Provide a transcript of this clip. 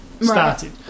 Started